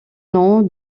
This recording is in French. nom